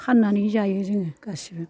फाननानै जायो जों गासैबो